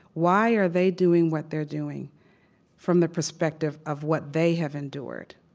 why are they doing what they're doing from the perspective of what they have endured?